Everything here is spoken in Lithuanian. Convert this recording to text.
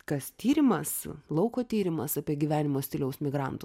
kas tyrimas lauko tyrimas apie gyvenimo stiliaus migrantus